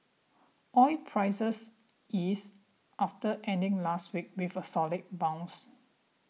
oil prices eased after ending last week with a solid bounce